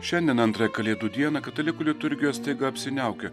šiandien antrąją kalėdų dieną katalikų liturgija staiga apsiniaukė